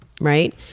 right